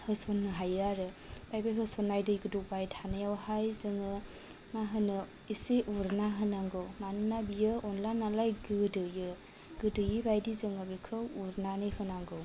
होसननो हायो आरो आमफ्राय बे होसननाय दै गोदौबाय थानायावहाय जोङो मा होनो एसे उरना होनांगौ मानोना बियो अन्ला नालाय गोदोयो गोदोयै बायदि जोङो बेखौ उरनानै होनांगौ